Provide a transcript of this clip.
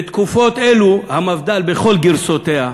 בתקופות אלו המפד"ל, בכל גרסותיה,